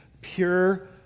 pure